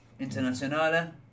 Internazionale